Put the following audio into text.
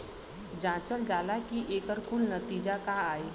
जांचल जाला कि एकर कुल नतीजा का आई